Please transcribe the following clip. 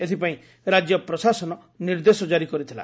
ଏଥିପାଇଁ ରାଜ୍ୟ ପ୍ରଶାସନ ନିର୍ଦ୍ଦେଶ କାରି କରିଥିଲା